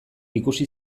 ikusi